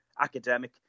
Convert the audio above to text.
academic